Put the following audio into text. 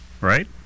right